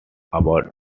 about